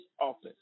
office